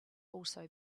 also